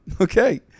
Okay